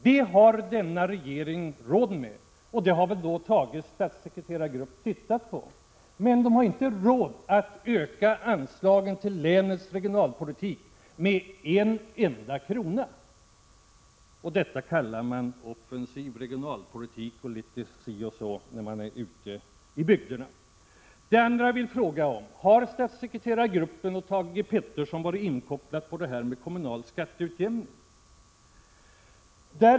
Det har denna regering råd med, och det har väl statssekreterargruppen tittat på, men regeringen har inte råd att öka anslagen till länets regionalpolitik med en enda krona. Detta kallar man offensiv regionalpolitik när man är ute i bygderna. Det andra jag vill fråga om är om statssekreterargruppen och Thage G. Peterson har varit inkopplade på frågan om kommunal skatteutjämning.